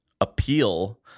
appeal